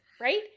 right